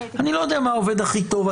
אני לא יודע מה עובד הכי טוב.